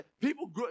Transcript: People